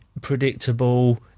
predictable